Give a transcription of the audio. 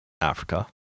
Africa